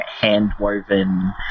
hand-woven